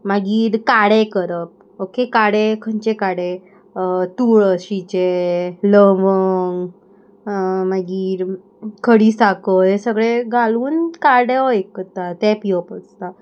मागीर काडे करप ओके काडे खंयचे काडे तुळशीचे लवंग मागीर खडीसाकर हें सगळें घालून काडो एक करता तें पिवप आसता